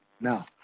Now